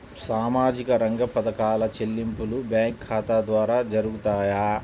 సామాజిక రంగ పథకాల చెల్లింపులు బ్యాంకు ఖాతా ద్వార జరుగుతాయా?